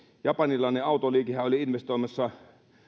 japanilainen autoliikehän oli investoimassa